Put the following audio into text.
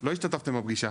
לא השתתפתם בפגישה.